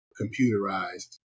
computerized